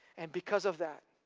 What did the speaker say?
and because of that,